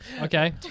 Okay